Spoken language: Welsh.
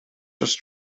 dros